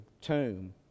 tomb